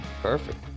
Perfect